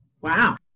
Wow